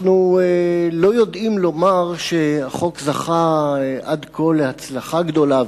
אנחנו לא יודעים לומר שהחוק זכה עד כה להצלחה גדולה,